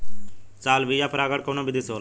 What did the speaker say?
Salvia में परागण कउना विधि से होला?